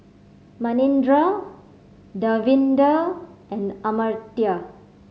Manindra Davinder and Amartya